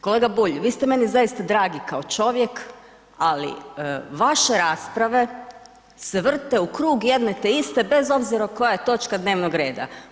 Kolega Bulj vi ste meni zaista dragi kao čovjek, ali vaše rasprave se vrte u krug jedne te iste bez obzira koja je točka dnevnog reda.